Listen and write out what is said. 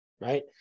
Right